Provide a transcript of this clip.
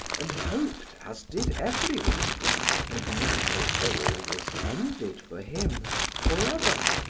and hoped as did everyone and now all was ended for him forever.